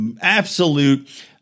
absolute